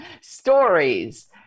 stories